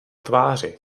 tváři